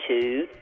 two